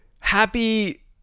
happy